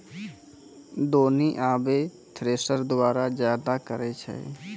दौनी आबे थ्रेसर द्वारा जादा करै छै